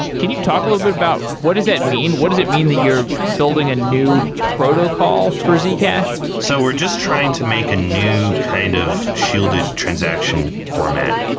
can you talk a little bit about what does that mean? what does that mean that you're building a new protocol for zcash? so we're just trying to make a new kind of shielded transaction format.